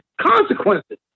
consequences